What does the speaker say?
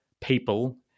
people